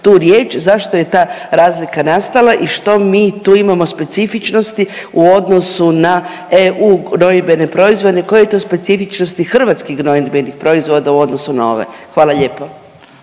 tu riječ, zašto je ta razlika nastala i što mi tu imamo specifičnosti u odnosu na EU gnojidbene proizvode, koje to specifičnosti hrvatskih gnojidbenih proizvoda u odnosu na ove. Hvala lijepo.